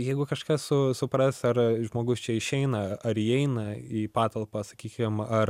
jeigu kažkas su supras ar žmogus čia išeina ar įeina į patalpą sakykim ar